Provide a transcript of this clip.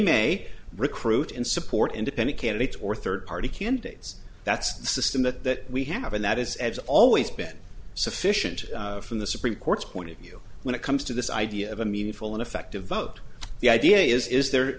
may recruit and support independent candidates or third party candidates that's the system that we have and that is edge always been sufficient from the supreme court's point of view when it comes to this idea of a meaningful and effective vote the idea is